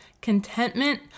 contentment